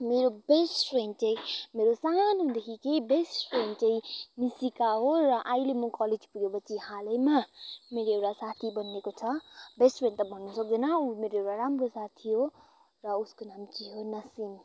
मेरो best friend चाहिँ मेरो सानोदेखिकै बेस्ट फ्रेन्ड चाहिँ निसिका हो र अहिले म कलेज पुगेपछि हालैमा मेरो एउटा साथी बनिएको छ बेस्ट फ्रेन्ड त भन्न सक्दैन उ मेरो एउटा राम्रो साथी हो र उसको नाम चाहिँ हो नसिम